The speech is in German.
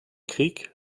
krieg